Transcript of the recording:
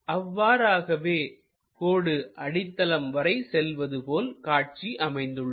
அவ்வாறாகவே கோடு அடித்தளம் வரை செல்வது போல் காட்சி அமைந்துள்ளது